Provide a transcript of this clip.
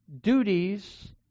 Duties